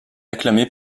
acclamé